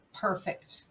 perfect